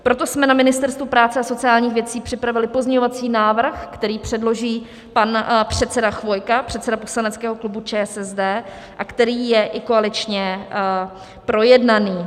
Proto jsme na Ministerstvu práce a sociálních věcí připravili pozměňovací návrh, který předloží pan předseda Chvojka, předseda poslaneckého klubu ČSSD, a který je i koaličně projednaný.